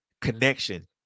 connection